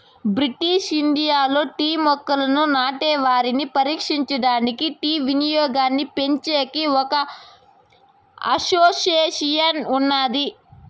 British ఇండియాలో tea మొక్కలను నాటే వారిని పరిరక్షించడానికి, టీ వినియోగాన్నిపెంచేకి ఒక అసోసియేషన్ ఉన్నాది